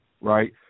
right